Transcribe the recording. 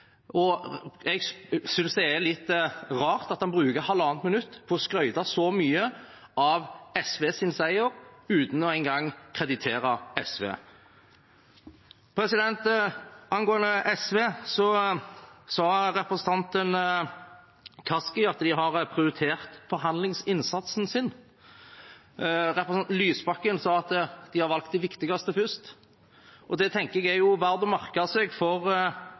budsjett. Jeg synes det er litt rart at han bruker halvannet minutt på å skryte så mye av SVs seier uten engang å kreditere SV. Angående SV: Representanten Kaski sa at de har prioritert forhandlingsinnsatsen sin. Representanten Lysbakken sa at de har valgt det viktigste først. Det tenker jeg er verd å merke seg for